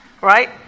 right